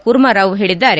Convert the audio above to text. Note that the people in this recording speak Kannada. ಕೂರ್ಮರಾವ್ ಹೇಳಿದ್ದಾರೆ